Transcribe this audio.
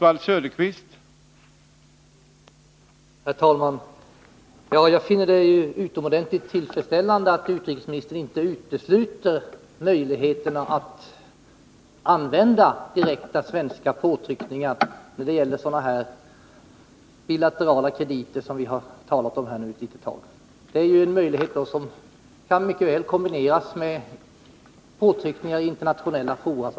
Herr talman! Jag finner det utomordentligt tillfredsställande att utrikesministern inte utesluter möjligheten att använda direkta påtryckningar från svensk sida när det gäller sådana bilaterala krediter som vi har talat om här en stund. Det är ju en möjlighet som mycket väl kan kombineras med påtryckningar i internationella fora.